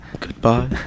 Goodbye